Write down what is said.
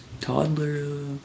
toddler